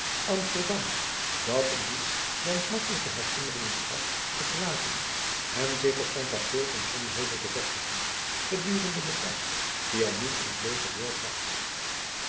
amsterdam dat hem niets dan smartelijke herinneringen gaf te verlaten en zich op zijn kasteel van sonheuvel te vestigen gedurende den tijd dien hij niet in het leger doorbracht